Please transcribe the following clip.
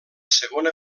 segona